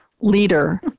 leader